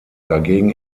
dagegen